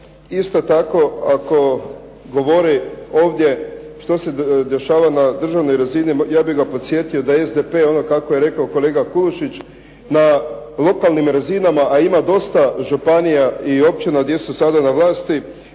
isto tako ako govori ovdje što se dešava na državnoj razini ja bih ga podsjetio da SDP ono kako je rekao kolega Kulušić na lokalnim razinama, a ima dosta županija i općina gdje su sada na vlasti.